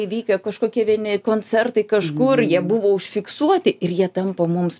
įvykę kažkokie vieni koncertai kažkur jie buvo užfiksuoti ir jie tampa mums